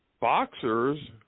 boxers